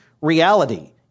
reality